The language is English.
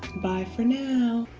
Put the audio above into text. bye for now!